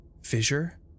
fissure